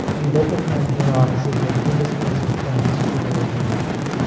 the local campaign offices will begin dispersing funds to your organization.